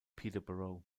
peterborough